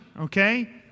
okay